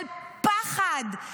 על פחד,